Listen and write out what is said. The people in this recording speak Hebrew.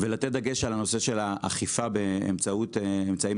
צריך לשים דגש על הנושא של האכיפה באמצעים אלקטרוניים.